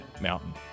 Mountain